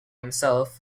himself